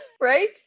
Right